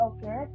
Okay